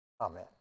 Amen